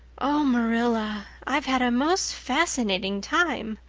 oh, marilla, i've had a most fascinating time.